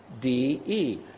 D-E